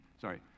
sorry